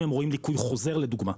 אם הם רואים ליקוי חוזר לדוגמה,